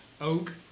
oak